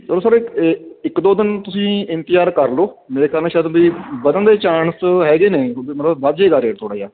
ਚਲੋ ਸਰ ਇਕ ਇੱਕ ਦੋ ਦਿਨ ਤੁਸੀਂ ਇੰਤਜ਼ਾਰ ਕਰ ਲਓ ਮੇਰੇ ਖਿਆਲ ਨਾਲ ਸ਼ਾਇਦ ਵੀ ਵੱਧਣ ਦੇ ਚਾਂਣਸ ਹੈਗੇ ਨੇ ਮਤਲਬ ਵੱਧ ਜੇਗਾ ਰੇਟ ਥੋੜ੍ਹਾ ਜਿਹਾ